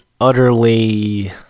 utterly